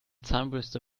zahnbürste